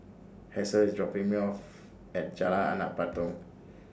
Hasel IS dropping Me off At Jalan Anak Patong